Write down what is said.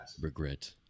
Regret